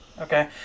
okay